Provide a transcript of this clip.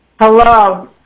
Hello